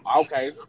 okay